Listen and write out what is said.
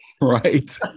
Right